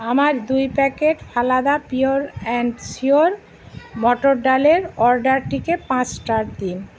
আমার দুই packet Phalada pure and sure মটর ডালের অর্ডারটিকে পাঁচ স্টার দিন